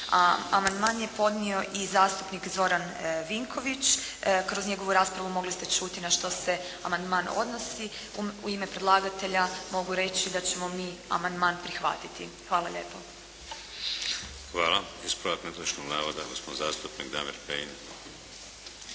amandman je podnio i zastupnik Zoran Vinković. Kroz njegovu raspravu mogli ste čuti na što se amandman odnosi. U ime predlagatelja mogu reći da ćemo mi amandman prihvatiti. Hvala lijepo. **Šeks, Vladimir (HDZ)** Hvala. Ispravak netočnog navoda gospodin zastupnik Damir Kajin.